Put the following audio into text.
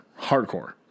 Hardcore